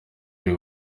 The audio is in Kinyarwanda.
uri